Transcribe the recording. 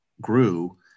grew